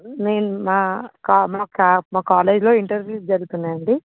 నేను మా మాకా మాకాలేజ్లో ఇంటర్వ్యూస్ జరుగుతున్నాయి అండి